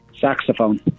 Saxophone